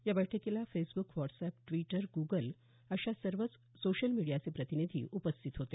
या बैठकीला Facebook WhatsApp Twitter Google अशा सर्वच सोशल मिडियाचे प्रतिनिधी उपस्थित होते